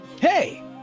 Hey